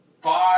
five